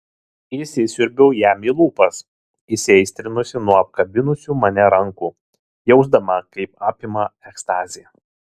įsisiurbiau jam į lūpas įsiaistrinusi nuo apkabinusių mane rankų jausdama kaip apima ekstazė